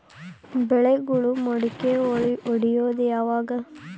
ಬೆಳೆಗಳು ಮೊಳಕೆ ಒಡಿಯೋದ್ ಯಾವಾಗ್?